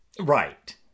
Right